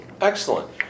Excellent